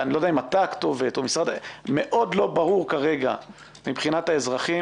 מאוד לא ברור לאזרחים